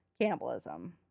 cannibalism